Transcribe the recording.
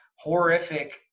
horrific